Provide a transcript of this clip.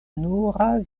nura